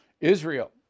Israel